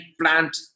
plant